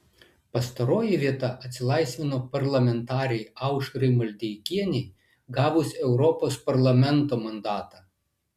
pastaroji vieta atsilaisvino parlamentarei aušrai maldeikienei gavus europos parlamento mandatą